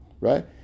right